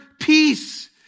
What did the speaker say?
peace